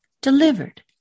delivered